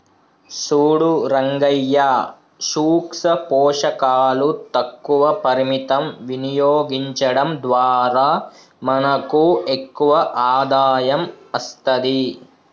సూడు రంగయ్యా సూక్ష పోషకాలు తక్కువ పరిమితం వినియోగించడం ద్వారా మనకు ఎక్కువ ఆదాయం అస్తది